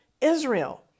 Israel